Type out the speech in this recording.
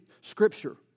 Scripture